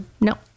No